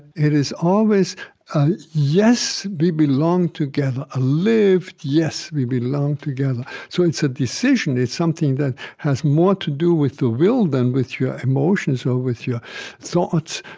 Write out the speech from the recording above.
it is always a yes, we belong together, a lived yes, we belong together. so it's a decision. it's something that has more to do with the will than with your emotions or with your thoughts.